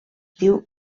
diu